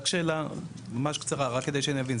רק שאלה ממש קצרה, רק כדי שאני אבין.